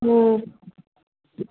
हँ